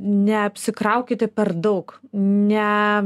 neapsikraukite per daug ne